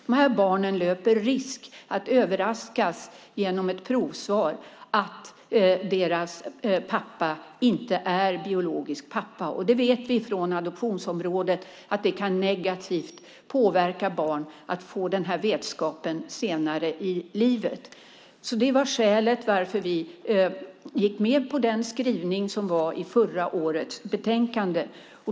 De här barnen löper risk att överraskas genom ett provsvar där det visar sig att deras pappa inte är biologisk pappa. Vi vet från adoptionsområdet att det kan påverka barn negativt att få den vetskapen senare i livet. Detta var skälet till att vi gick med på den skrivning som fanns i förra årets betänkande.